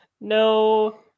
no